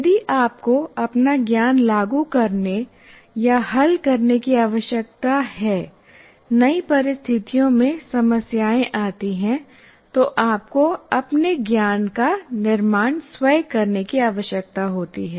यदि आपको अपना ज्ञान लागू करने या हल करने की आवश्यकता है नई परिस्थितियों में समस्याएँ आती हैं तो आपको अपने ज्ञान का निर्माण स्वयं करने की आवश्यकता होती है